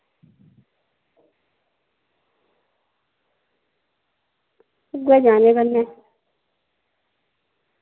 उऐ जाने कन्नै